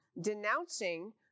denouncing